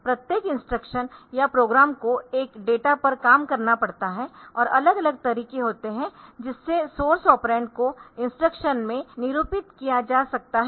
प्रत्येक इंस्ट्रक्शन या प्रोग्राम को एक डेटा पर काम करना पड़ता है और अलग अलग तरीके होते है जिससे सोर्स ऑपरेंड को इंस्ट्रक्शन में निरूपित किया जा सकता है